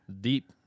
deep